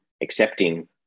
accepting